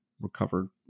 recovered